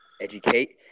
educate